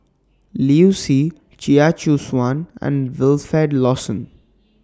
Liu Si Chia Choo Suan and Wilfed Lawson